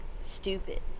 stupid